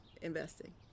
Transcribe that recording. investing